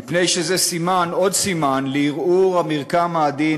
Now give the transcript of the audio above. מפני שזה עוד סימן לערעור המרקם העדין,